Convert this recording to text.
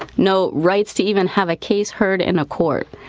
no rights to even have a case heard in a court.